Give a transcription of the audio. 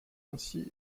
ainsi